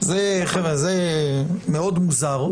זה מאוד מוזר.